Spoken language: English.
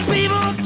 People